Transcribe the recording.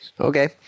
Okay